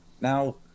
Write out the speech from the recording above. Now